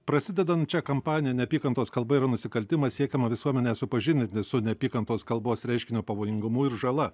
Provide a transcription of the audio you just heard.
prasidedančią kampaniją neapykantos kalba yra nusikaltimas siekiama visuomenę supažindinti su neapykantos kalbos reiškinio pavojingumu ir žala